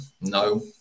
No